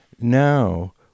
Now